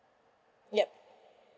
yup